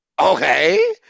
Okay